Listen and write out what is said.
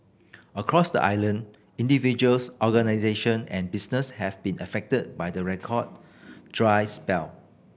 across the island individuals organisation and business have been affected by the record dry spell